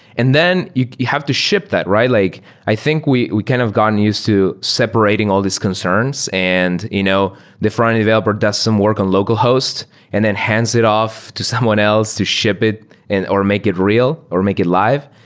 and then you have to ship that, right? like i think we we kind of gotten used to separating all these concerns and you know the frontend developer does some work on local hosts and then hands it off to someone else to ship it and or make it real or make it live.